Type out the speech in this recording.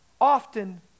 often